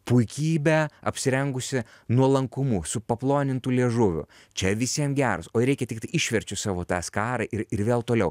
puikybė apsirengusi nuolankumu su paplonintu liežuviu čia visiem geras o jei reikia tiktai išverčiu savo tą skarą ir ir vėl toliau